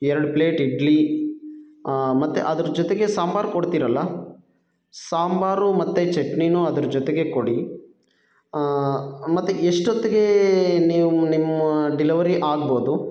ಎರಡು ಪ್ಲೇಟ್ ಇಡ್ಲಿ ಮತ್ತು ಅದ್ರ ಜೊತೆಗೆ ಸಾಂಬಾರು ಕೊಡ್ತೀರಲ್ಲ ಸಾಂಬಾರು ಮತ್ತು ಚಟ್ನಿನೂ ಅದ್ರ ಜೊತೆಗೇ ಕೊಡಿ ಮತ್ತು ಎಷ್ಟೊತ್ತಿಗೆ ನೀವು ನಿಮ್ಮ ಡೆಲವರಿ ಆಗ್ಬೋದು